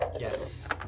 Yes